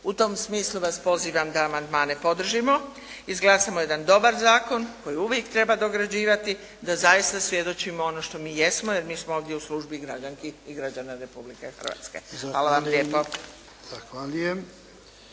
U tom smislu vas pozivam da amandmane podržimo, izglasamo jedan dobar zakon koji uvijek treba dograđivati, da zaista svjedočimo ono što mi jesmo, jer mi smo ovdje u službi građanki i građana Republike Hrvatske. Hvala vam lijepo.